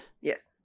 Yes